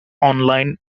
online